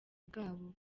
bwabo